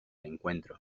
encuentro